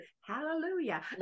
hallelujah